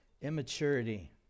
Immaturity